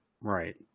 Right